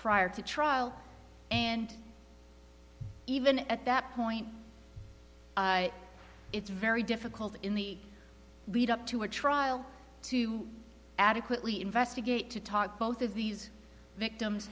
prior to trial and even at that point it's very difficult in the lead up to a trial to adequately investigate to talk both of these victims